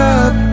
up